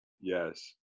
Yes